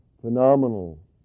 phenomenal